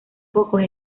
pocos